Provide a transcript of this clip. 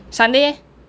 sunday eh